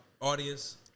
audience